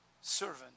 servant